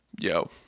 Yo